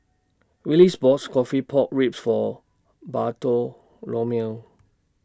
Willis bots Coffee Pork Ribs For Bartholomew